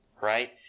right